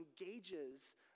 engages